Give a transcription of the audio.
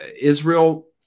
Israel